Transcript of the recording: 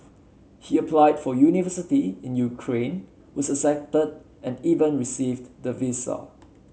he applied for university in Ukraine was accepted and even received the visa